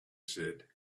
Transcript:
said